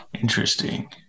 interesting